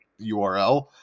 URL